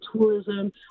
tourism